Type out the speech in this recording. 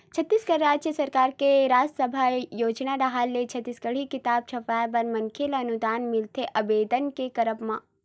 छत्तीसगढ़ राज सरकार के राजभासा आयोग डाहर ले छत्तीसगढ़ी किताब छपवाय बर मनखे ल अनुदान मिलथे आबेदन के करब म